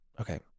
okay